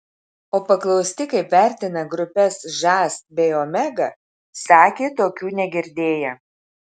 o paklausti kaip vertina grupes žas bei omega sakė tokių negirdėję